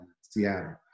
Seattle